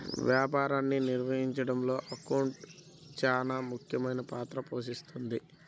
వ్యాపారాన్ని నిర్వహించడంలో అకౌంటింగ్ చానా ముఖ్యమైన పాత్ర పోషిస్తది